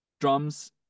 drums